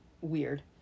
weird